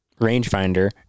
rangefinder